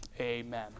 Amen